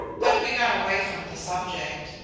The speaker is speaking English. but we got away from the subject.